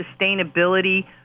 sustainability